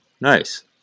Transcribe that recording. Nice